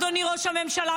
אדוני ראש הממשלה,